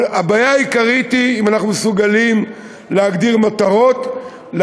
אבל הבעיה העיקרית היא האם אנחנו מסוגלים להגדיר מטרות,